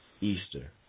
Easter